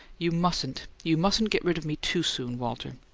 you mustn't you mustn't get rid of me too soon, walter.